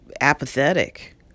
apathetic